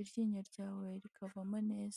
iryinyo ryawe rikavamo neza.